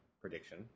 prediction